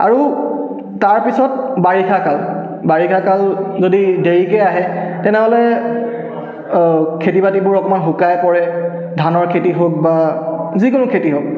আৰু তাৰপিছত বাৰিষা কাল বাৰিষা কাল যদি দেৰিকৈ আহে তেনেহ'লে খেতি বাতিবোৰ অকণমান শুকাই পৰে ধানৰ খেতি হওঁক বা যিকোনো খেতি হওঁক